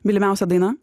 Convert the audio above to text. mylimiausia daina